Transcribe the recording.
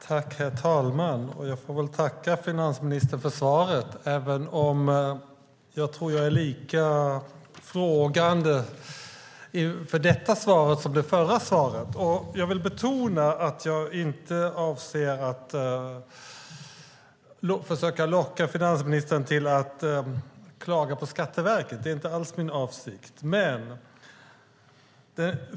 Herr talman! Jag får väl tacka finansministern för svaret, även om jag tror att jag är lika frågande inför detta svar som inför det förra svaret. Jag vill betona att jag inte avser att försöka locka finansministern att klaga på Skatteverket - det är inte alls min avsikt.